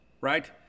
right